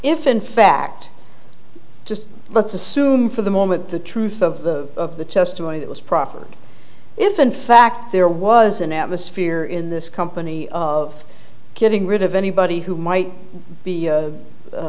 if in fact just let's assume for the moment the truth of the of the testimony that was proffered if in fact there was an atmosphere in this company of getting rid of anybody who might be